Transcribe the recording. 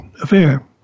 affair